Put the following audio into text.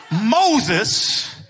Moses